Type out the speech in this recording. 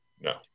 No